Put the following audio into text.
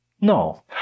no